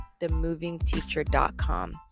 TheMovingTeacher.com